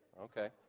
Okay